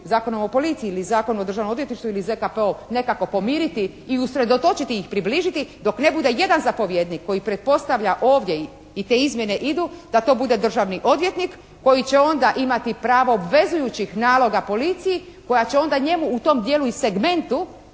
Zakonom o policiji ili Zakon o Državnom odvjetništvu ili ZKP-u nekako pomiriti i usredotočiti ih, približiti dok ne bude jedan zapovjednik koji pretpostavlja ovdje i te izmjene idu, da to bude državni odvjetnik koji će onda imati pravo obvezujućih naloga policiji koja će onda njemu u tom dijelu i segmentu